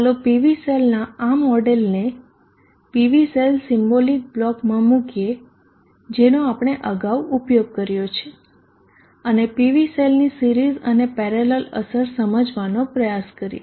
ચાલો PV સેલના આ મોડેલને PV સેલ સિમ્બોલિક બ્લોકમાં મુકીએ જેનો આપણે ઉપયોગ કર્યો છે અને PV સેલની સિરીઝ અને પેરેલલ અસર સમજવાનો પ્રયાસ કરીએ